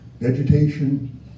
vegetation